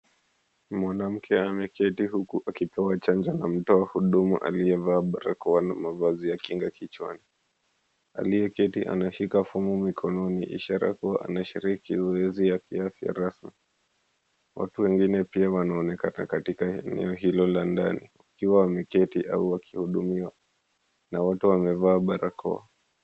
Mwanamke ameketi huku akipewa chanjo na mtu wa huduma aliyevaa barakoa na mavazi ya kinga kichwani. Aliyeketi anashika fomu mikononi, ishara kuwa anashiriki zoezi ya kiafya rasmi. Watu wengine pia wanaonekana eneo hilo la ndani wakiwa wameketi au wakihudumiwa na wote wamevaa barakoa.